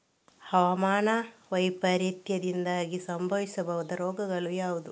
ಹವಾಮಾನ ವೈಪರೀತ್ಯದಿಂದಾಗಿ ಸಂಭವಿಸಬಹುದಾದ ರೋಗಗಳು ಯಾವುದು?